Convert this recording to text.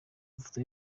amafoto